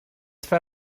fer